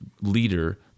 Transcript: leader